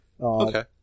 Okay